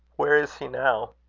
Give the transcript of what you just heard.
where is he now?